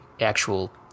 actual